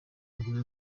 abagore